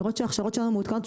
לראות שההכשרות שלנו מעודכנות.